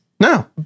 No